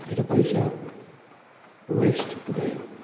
मेरो पैसा वेस्ट गयो